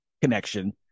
connection